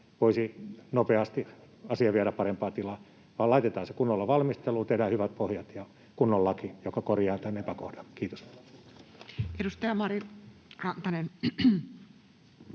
voisivat nopeasti asiaa viedä parempaan tilaan. Laitetaan se kunnolla valmisteluun, tehdään hyvät pohjat ja kunnon laki, joka korjaa tämän epäkohdan. — Kiitos. [Speech 256] Speaker: